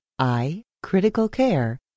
iCriticalCare